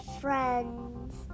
friends